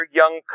young